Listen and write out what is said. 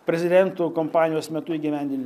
prezidentų kompanijos metu įgyvendini